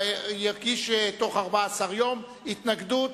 יגיש בתוך 14 יום התנגדות,